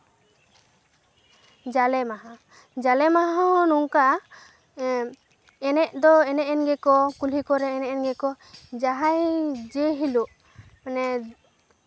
ᱡᱟᱞᱮ ᱢᱟᱦᱟ ᱡᱟᱞᱮ ᱢᱟᱦᱟ ᱦᱚᱸ ᱱᱚᱝᱠᱟ ᱮᱱᱮᱡ ᱫᱚ ᱮᱱᱮᱡ ᱮᱱ ᱜᱮᱠᱚ ᱠᱩᱞᱦᱤ ᱠᱚᱨᱮ ᱮᱱᱮᱡ ᱮᱱ ᱜᱮᱠᱚ ᱡᱟᱦᱟᱸᱭ ᱡᱮ ᱦᱤᱞᱳᱜ ᱢᱟᱱᱮ